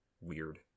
weird